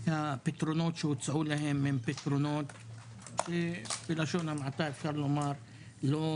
הפתרונות שהוצעו להם הם פתרונות שבלשון המעטה אפשר לומר שהם לא